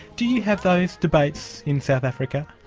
do you have those debates in south africa?